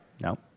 No